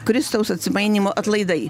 kristaus atsimainymo atlaidai